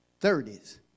30s